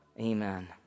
amen